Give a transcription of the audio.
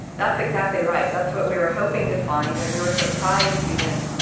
that's exactly right, that's what we were hoping to find and we were surprised, even,